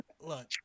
Look